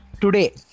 Today